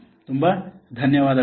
ತುಂಬ ಧನ್ಯವಾದಗಳು